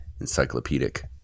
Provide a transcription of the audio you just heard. encyclopedic